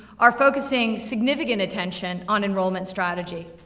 are focusing significant attention on enrollment strategy,